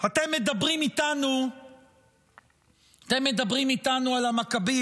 אתם מדברים איתנו על המכבים.